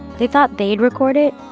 they thought they'd record it,